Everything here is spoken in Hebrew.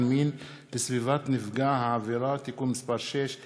מין לסביבת נפגע העבירה (תיקון מס' 6),